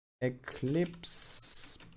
eclipse